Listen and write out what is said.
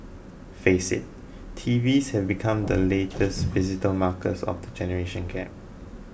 face it T Vs have become the latest visible markers of the generation gap